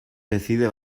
decide